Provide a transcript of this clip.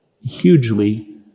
hugely